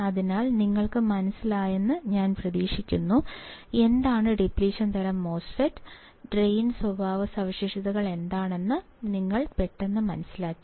അതിനാൽ നിങ്ങൾക്ക് മനസ്സിലായെന്ന് ഞാൻ പ്രതീക്ഷിക്കുന്നു എന്താണ് ഡിപ്ലിഷൻ തരം മോസ്ഫെറ്റ് ഡ്രെയിൻ സ്വഭാവസവിശേഷതകൾ എന്താണെന്ന് നിങ്ങൾ പെട്ടെന്ന് മനസ്സിലാക്കി